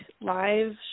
live